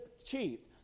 achieved